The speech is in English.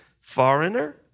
foreigner